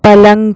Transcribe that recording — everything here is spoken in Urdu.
پلنگ